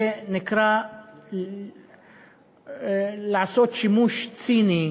זה נקרא לעשות שימוש ציני,